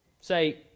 Say